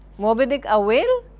moby-dick, a whale?